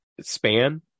span